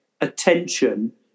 attention